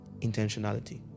intentionality